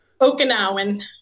Okinawan